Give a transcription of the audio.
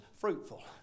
fruitful